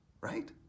right